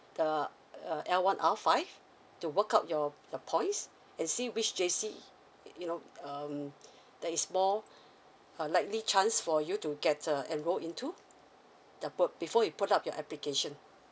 the uh L one R five to work out your the points and see which J_C you know um that is more uh likely chance for you to get uh enroled into the put before you put up your application